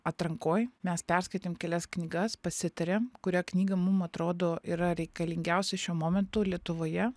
atrankoj mes perskaitėm kelias knygas pasitarėm kurią knygą mum atrodo yra reikalingiausia šiuo momentu lietuvoje